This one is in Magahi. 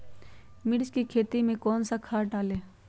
मिर्च की खेती में कौन सा खाद डालें?